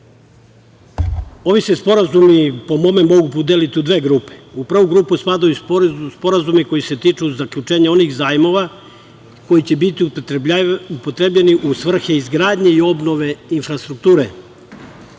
se sporazumi mogu podeliti u dve grupe. U prvu grupu spadaju sporazumi koji se tiču zaključenja onih zajmova koji će biti upotrebljeni u svrhu izgradnje i obnove infrastrukture. Ja